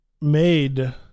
made